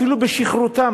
אפילו בשכרותם,